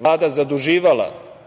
Vlada zaduživala